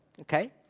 okay